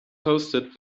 hosted